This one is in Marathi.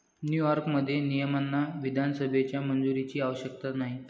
न्यूयॉर्कमध्ये, नियमांना विधानसभेच्या मंजुरीची आवश्यकता नाही